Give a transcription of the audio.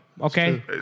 okay